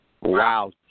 Wow